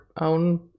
own